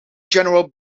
general